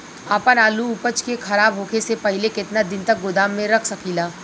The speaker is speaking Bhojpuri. आपन आलू उपज के खराब होखे से पहिले केतन दिन तक गोदाम में रख सकिला?